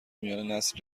میاننسلی